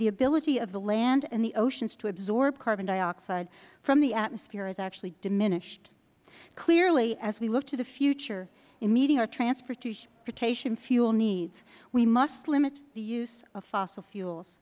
the ability of the land and the oceans to absorb carbon dioxide from the atmosphere has actually diminished clearly as we look to the future in meeting our transportation fuel needs we must limit the use of fossil fuels